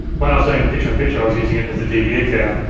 when i was doing the picture-in-picture i was using it as the dve keyer,